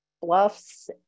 Bluffs